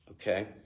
Okay